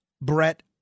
Brett